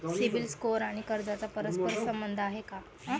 CIBIL score आणि कर्जाचा परस्पर संबंध आहे का?